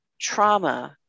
trauma